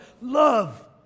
love